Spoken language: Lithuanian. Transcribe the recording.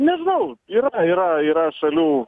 nežinau yra yra yra šalių